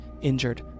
injured